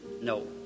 no